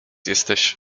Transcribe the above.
jesteś